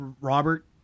Robert